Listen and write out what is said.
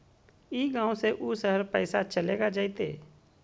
ई गांव से ऊ शहर पैसा चलेगा जयते?